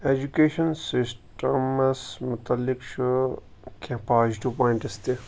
education سِسٹَمَس متعلق چھُ کینٛہہ پازِٹِو پویِنٛٹٕز تہِ